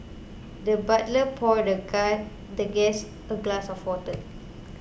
the butler poured the guy the guest a glass of water